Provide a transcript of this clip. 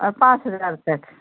और पाँच हज़ार तक